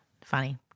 funny